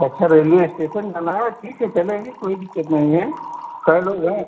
अच्छा railway station जाना है ठीक है चलेंगे कोई दिक्कत नहीं है कै लोग हैं